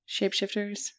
Shapeshifters